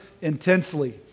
intensely